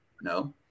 No